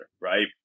right